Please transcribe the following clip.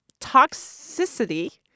toxicity